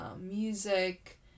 music